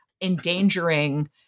endangering